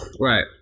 Right